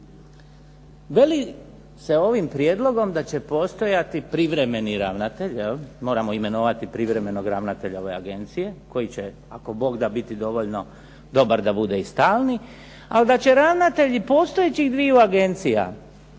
Veli se ovim prijedlogom da će postojati privremeni ravnatelj, moramo imenovati privremenog ravnatelja ove agencije koji će ako Bog da biti dovoljno dobar da bude i stalni, ali da će ravnatelji postojećih dviju agencija